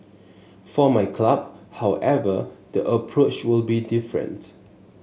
for my club however the approach will be different